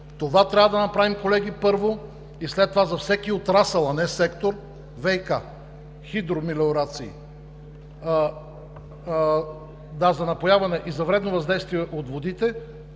Това трябва да направим, колеги, първо, и след това за всеки отрасъл, а не сектор – ВиК, хидромелиорации и напояване. За вредното въздействие от водите